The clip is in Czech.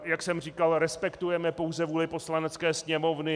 Jak jsem říkal, respektujeme pouze vůli Poslanecké sněmovny.